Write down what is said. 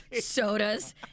sodas